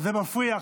זה מפריע.